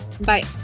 Bye